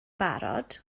barod